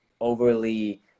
overly